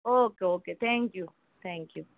okay okay okay thank you thank you